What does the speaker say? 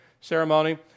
ceremony